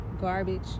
garbage